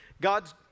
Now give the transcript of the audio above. God's